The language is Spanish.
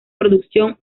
producción